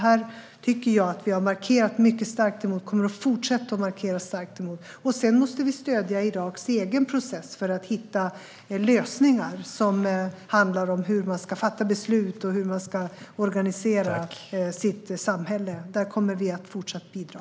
Jag tycker att vi har markerat mycket starkt mot det, och vi kommer att fortsätta markera starkt mot det. Vi måste också stödja Iraks egen process när det gäller att hitta lösningar som handlar om hur man ska fatta beslut och hur man ska organisera sitt samhälle. Där kommer vi att fortsätta bidra.